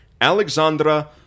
Alexandra